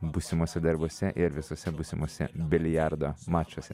būsimuose darbuose ir visuose būsimuose biliardo mačuose